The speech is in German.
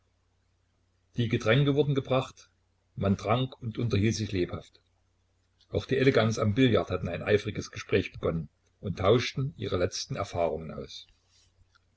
die getränke wurden gebracht man trank und unterhielt sich lebhaft auch die elegants am billard hatten ein eifriges gespräch begonnen und tauschten ihre letzten erfahrungen ans